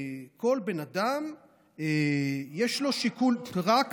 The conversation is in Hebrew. ולכל בן אדם יש שיקול, אבל מה ההמלצות שלכם?